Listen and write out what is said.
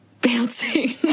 bouncing